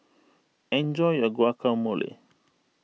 enjoy your Guacamole